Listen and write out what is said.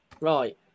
Right